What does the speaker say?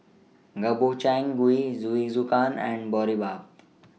Gobchang Gui Jingisukan and Boribap